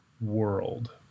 world